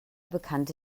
bekannte